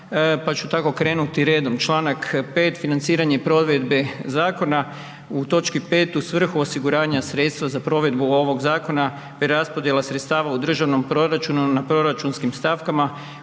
pa ću tako krenuti redom, čl. 5. financiranje provedbe zakona u točki 5. u svrhu osiguranja sredstva za provedbu ovog zakona, te raspodjela sredstava u državnom proračunu na proračunskim stavkama